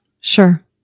Sure